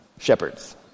shepherds